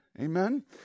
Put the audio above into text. Amen